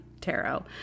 tarot